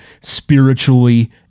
spiritually